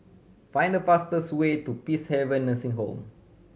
find the fastest way to Peacehaven Nursing Home